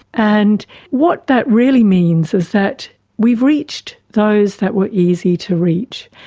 and what that really means is that we've reached those that were easy to reach,